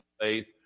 faith